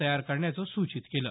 तयार करण्याचं सूचित केलं